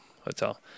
hotel